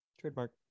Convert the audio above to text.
trademark